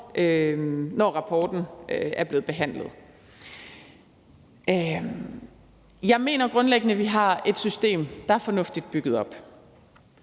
når rapporten er blevet behandlet. Jeg mener jo grundlæggende, at vi har et system, der er fornuftigt bygget op,